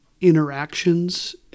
interactions